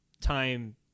time